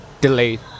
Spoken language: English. delayed